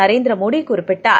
நரேந்திரமோடிகுறிப்பிட்டார்